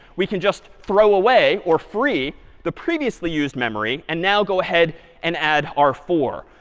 we can just throw away or free the previously used memory and now go ahead and add our four.